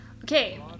Okay